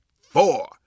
four